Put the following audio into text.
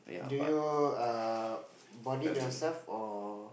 do you err bought it yourself or